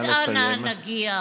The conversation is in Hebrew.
נא לסיים.